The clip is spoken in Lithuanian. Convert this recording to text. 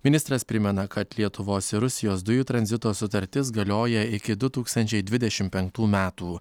ministras primena kad lietuvos ir rusijos dujų tranzito sutartis galioja iki du tūkstančiai dvidešim penktų metų